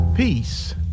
Peace